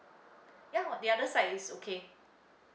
ya on the other side is okay